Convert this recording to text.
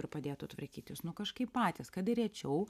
ir padėtų tvarkytis nu kažkaip patys kad ir rečiau